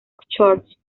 church